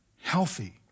healthy